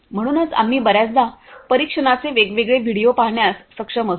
म्हणूनच आम्ही बर्याचदा परीक्षणाचे वेगवेगळे व्हिडिओ पाहण्यास सक्षम असू